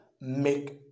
make